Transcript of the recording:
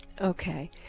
Okay